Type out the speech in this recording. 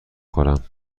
خورم